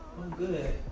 good.